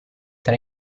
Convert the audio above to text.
tra